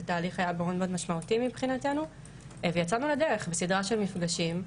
זה היה תהליך מאוד משמעותי מבחינתנו ויצאנו לדרך בסדרה של מפגשים.